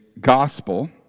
gospel